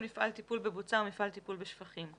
- מפעל טיפול בבוצה או מפעל טיפול בשפכים".